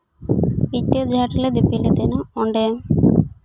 ᱢᱤᱫᱴᱮᱡ ᱡᱟᱦᱮᱨ ᱨᱮᱞᱮ ᱡᱟᱹᱯᱤᱫ ᱞᱮᱫ ᱛᱟᱦᱮᱱᱟ ᱚᱸᱰᱮ